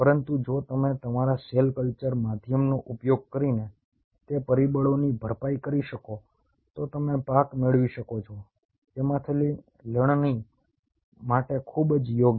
પરંતુ જો તમે તમારા સેલ કલ્ચર માધ્યમનો ઉપયોગ કરીને તે પરિબળોની ભરપાઈ કરી શકો તો તમે પાક મેળવી શકો છો તેમાંથી લણણી માટે ખૂબ જ યોગ્ય